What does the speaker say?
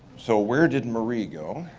so where did marie go?